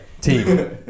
Team